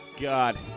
God